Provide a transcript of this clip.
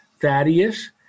Thaddeus